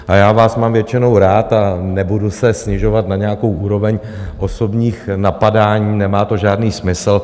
A já vás mám většinou rád a nebudu se snižovat na nějakou úroveň osobních napadání, nemá to žádný smysl.